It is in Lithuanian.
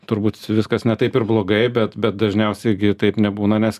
turbūt viskas ne taip ir blogai bet bet dažniausiai gi taip nebūna nes